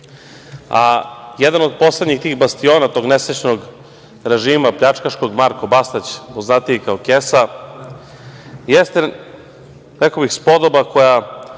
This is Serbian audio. Srbije. Jedan od poslednjih tih bastiona tog nesrećnog režima, pljačkaškog, Marko Bastać, poznatiji kao „kesa“, jeste, rekao bih, spodoba koja